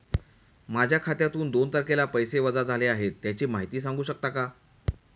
माझ्या खात्यातून दोन तारखेला पैसे वजा झाले आहेत त्याची माहिती सांगू शकता का?